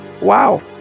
Wow